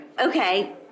Okay